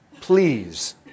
Please